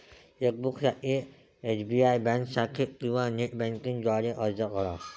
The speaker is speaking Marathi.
चेकबुकसाठी एस.बी.आय बँक शाखेत किंवा नेट बँकिंग द्वारे अर्ज करा